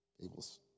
Tables